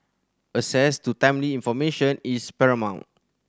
access to timely information is paramount